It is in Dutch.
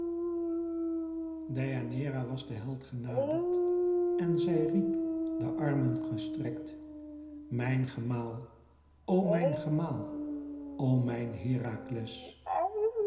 deianeira was den held genaderd en zij riep de armen gestrekt mijn gemaal o mijn gemaal o mijn herakles